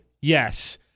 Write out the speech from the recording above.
Yes